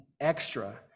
extra